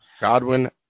Godwin